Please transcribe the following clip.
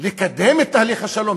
לקדם את תהליך השלום,